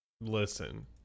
Listen